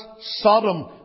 Sodom